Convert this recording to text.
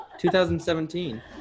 2017